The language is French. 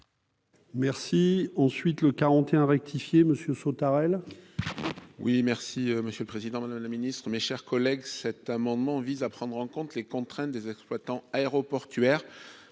Merci, ensuite le 41 rectifié, monsieur Sautarel. Oui, merci Monsieur le Président, Madame la Ministre, mes chers collègues, cet amendement vise à prendre en compte les contraintes des exploitants aéroportuaires